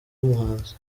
wumuhanzi